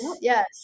yes